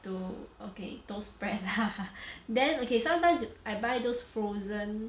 to okay toast bread lah then okay sometimes I buy those frozen